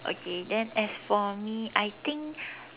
okay then as for me I think